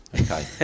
Okay